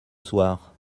soir